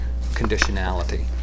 conditionality